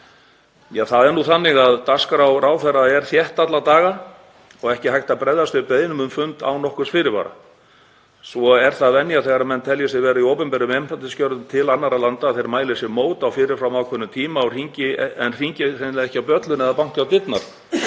Ja, það er nú þannig að dagskrá ráðherra er þétt alla daga og ekki er hægt að bregðast við beiðnum um fund án nokkurs fyrirvara. Svo er það venja þegar menn telja sig vera í opinberum embættisgjörðum til annarra landa að þeir mæli sér mót á fyrir fram ákveðnum tíma en hringi hreinlega ekki bjöllunni eða banki á dyrnar